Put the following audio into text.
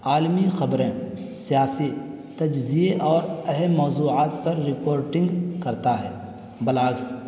عالمی خبریں سیاسی تجزیے اور اہم موضوعات پر رپورٹنگ کرتا ہے بلاگز